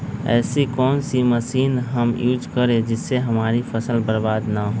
ऐसी कौन सी मशीन हम यूज करें जिससे हमारी फसल बर्बाद ना हो?